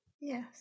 Yes